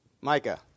Micah